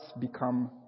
become